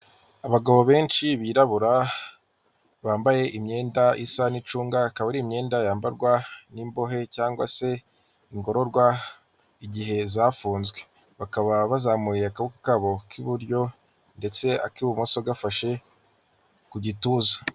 Abagabo benshi birabura bambaye imyenda isa n'icunga akaba ari imyenda yambarwa n'imbohe cyangwa se ingororwa igihe zafunzwe, bakaba bazamuye akaboko kabo k'iburyo ndetse ak'ibumoso gafashe ku gituza.